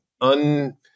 un